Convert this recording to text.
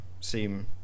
seem